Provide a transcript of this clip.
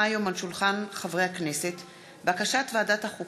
הצעת חוק לתיקון פקודת הבטיחות בעבודה (הגדרת אדם כשיר),